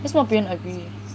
为什么别人 agree